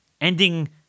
ending